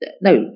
No